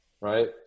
right